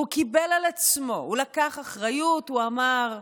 הוא קיבל על עצמו, הוא לקח אחריות, הוא אמר: